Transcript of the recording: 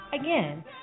Again